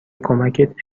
کمکت